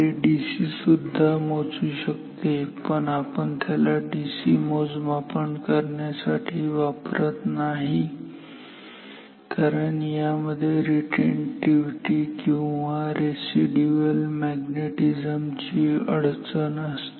ते डीसी सुद्धा मोजू शकते पण आपण त्याला डीसी मोजमापन करण्यासाठी वापरत नाही कारण यामध्ये रिटेंटीव्हिटी किंवा रेसिड्युअल मॅग्नेटिझम ची अडचण असते